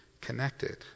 connected